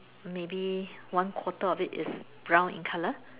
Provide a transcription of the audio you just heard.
maybe one quarter of it is brown in colour